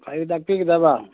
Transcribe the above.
ꯀꯩ ꯇꯥꯛꯄꯤꯒꯗꯕ